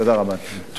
תודה רבה, אדוני.